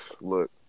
look